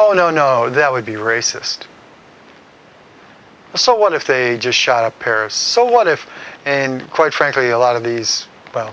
oh no no that would be racist so what if they just shot a pair of so what if and quite frankly a lot of these well